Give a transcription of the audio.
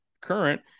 current